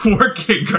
working